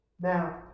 Now